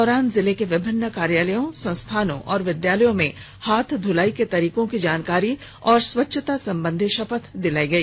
इस दौरान जिले के विभिन्न कार्यालयों संस्थानों एवं विद्यालयों में हाथ धुलाई के तरीकों की जानकारी एवं स्वच्छता संबंधी शपथ दिलाई गई